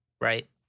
Right